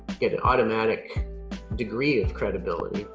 get an automatic degree of credibility.